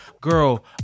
girl